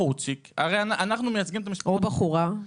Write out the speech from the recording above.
בחורצ'יק --- או בחורה.